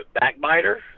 Backbiter